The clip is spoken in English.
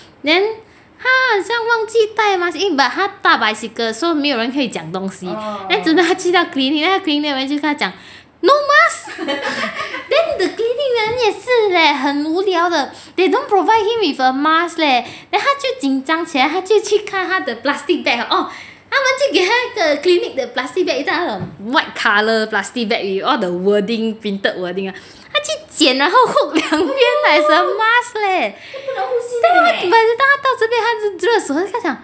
then 他好像忘记带 mask eh but 他搭 bicycle so 没有人会讲东西 then 真的他去到 clinic then clinic 的人就跟他讲 no mask then the clinic 的人也是 leh they don't provide him with a mask leh then 他就紧张起来他就去看他的 plastic bag oh 他们就给他那个 clinic 的 plastic bag 那种 white colour plastic bag with all the wording printed wording 他去剪然后 hook 两边 leh as a mask eh then by the time 他到这边他就热死我就跟他讲